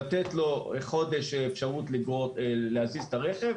לתת לו חודש אפשרות להזיז את הרכב.